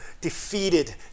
defeated